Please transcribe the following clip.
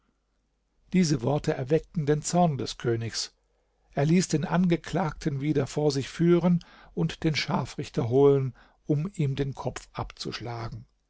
diese worte erweckten den zorn des königs er ließ den angeklagten wieder vor sich führen und den scharfrichter holen um ihm den kopf abzuschlagen